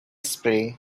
spray